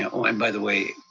you know and by the way,